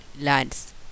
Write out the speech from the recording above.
lands